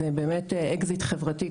זה באמת אקזיט חברתי,